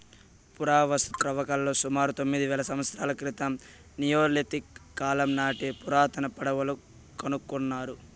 పురావస్తు త్రవ్వకాలలో సుమారు తొమ్మిది వేల సంవత్సరాల క్రితం నియోలిథిక్ కాలం నాటి పురాతన పడవలు కనుకొన్నారు